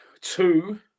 two